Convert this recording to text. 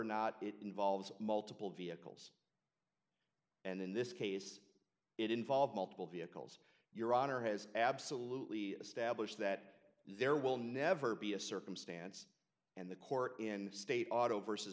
not it involves multiple vehicles and in this case it involved multiple vehicles your honor has absolutely established that there will never be a circumstance and the court in state auto versus